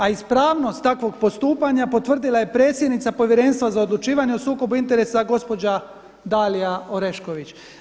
A ispravnost takvog postupanja potvrdila je predsjednica Povjerenstva za odlučivanje o sukobu interesa gospođa Dalija Orešković.